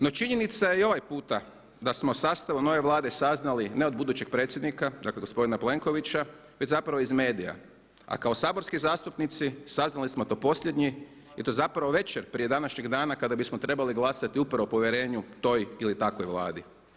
No, činjenica je i ovaj puta da smo o sastavu nove Vlade saznali ne od budućeg predsjednika, dakle gospodina Plenkovića već zapravo iz medija a kao saborski zastupnici saznali smo to posljednji i to zapravo večer prije današnjeg dana kada bismo trebali glasati upravo o povjerenju toj ili takvoj Vladi.